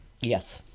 Yes